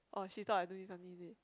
oh she thought I don't even need it